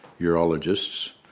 urologists